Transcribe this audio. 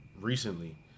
recently